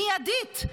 מיידית,